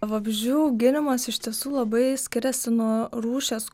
vabzdžių auginimas iš tiesų labai skiriasi nuo rūšies